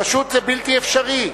פשוט זה בלתי אפשרי.